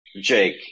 Jake